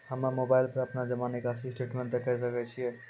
हम्मय मोबाइल पर अपनो जमा निकासी स्टेटमेंट देखय सकय छियै?